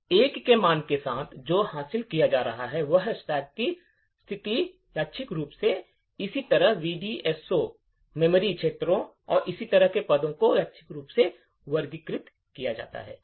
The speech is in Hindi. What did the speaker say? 1 के मान के साथ जो हासिल किया जाता है वह है स्टैक की स्थिति यादृच्छिक रूप से इसी तरह VDSO साझा मेमोरी क्षेत्रों और इसी तरह के पदों को यादृच्छिक रूप से वर्गीकृत किया जाता है